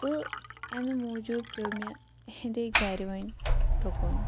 تہٕ اَمہِ موٗجوٗب پیٚو مےٚ أہٕنٛدے گَرِ وۅنۍ رُکُن